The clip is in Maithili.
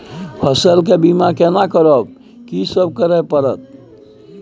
फसल के बीमा केना करब, की सब करय परत?